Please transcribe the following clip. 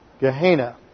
Gehenna